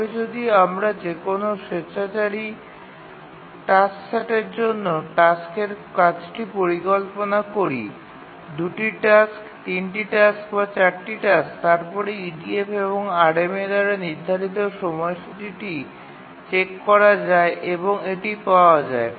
তবে যদি আমরা যেকোন স্বেচ্ছাচারী টাস্ক সেটের জন্য টাস্কের কাজটি পরিকল্পনা করি ২ টি টাস্ক ৩ টি টাস্ক বা ৪ টি টাস্ক এবং তারপরে EDF এবং RMA দ্বারা নির্ধারিত সময়সূচীটি চেক করা যায় এবং এটি পাওয়া যায়